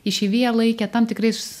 išeiviją laikė tam tikrais